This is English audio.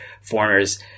foreigners